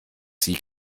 sie